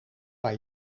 waar